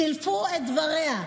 סילפו את דבריה,